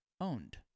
owned